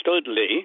Studley